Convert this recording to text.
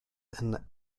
and